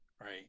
right